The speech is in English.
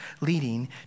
leading